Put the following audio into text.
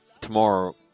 tomorrow